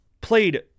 played